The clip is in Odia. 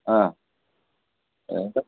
ହଁ